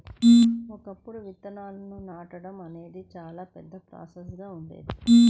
ఒకప్పుడు విత్తనాలను నాటడం అనేది చాలా పెద్ద ప్రాసెస్ గా ఉండేది